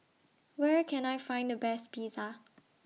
Where Can I Find The Best Pizza